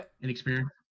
inexperienced